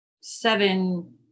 seven